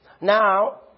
Now